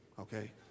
Okay